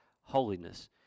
holiness